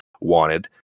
wanted